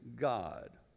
God